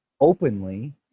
openly